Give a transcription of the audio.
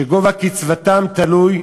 שגובה קצבתם תלוי"